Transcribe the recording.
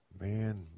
Man